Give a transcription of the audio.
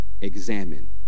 Examine